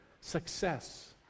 success